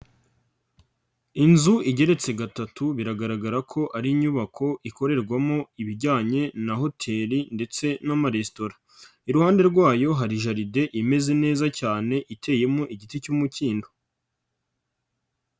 Inzu igeretse gatatu biragaragara ko ari inyubako ikorerwamo ibijyanye na hoteli ndetse n'amaresitora, iruhande rwayo hari jaride imeze neza cyane iteyemo igiti cy'umukindo.